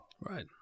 Right